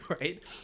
right